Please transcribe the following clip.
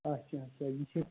آچھا آچھا یہِ چھِ